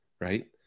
right